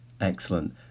Excellent